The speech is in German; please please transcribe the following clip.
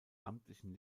amtlichen